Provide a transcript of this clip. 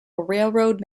railroad